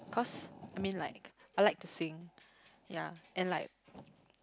cause I mean like I like to sing yeah and like